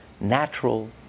natural